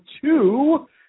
two